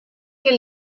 que